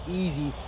easy